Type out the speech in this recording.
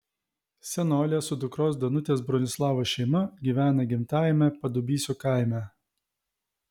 senolė su dukros danutės bronislavos šeima gyvena gimtajame padubysio kaime